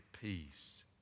peace